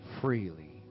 freely